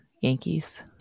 Yankees